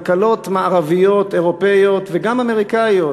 כלכלות מערביות אירופיות וגם אמריקניות